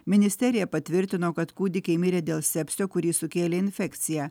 ministerija patvirtino kad kūdikiai mirė dėl sepsio kurį sukėlė infekcija